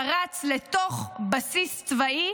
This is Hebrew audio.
פרץ לתוך בסיס צבאי